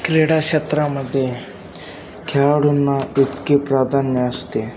क्रीडा क्षेत्रामध्ये खेळाडूंना इतके प्राधान्य असते